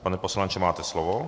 Pane poslanče, máte slovo.